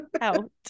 out